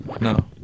No